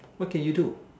what can you do